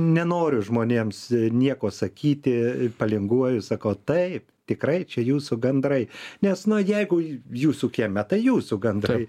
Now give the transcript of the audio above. nenoriu žmonėms nieko sakyti palinguoju sakau taip tikrai čia jūsų gandrai nes na jeigu jūsų kieme tai jūsų gandrai